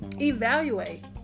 evaluate